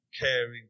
caring